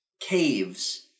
caves